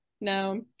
No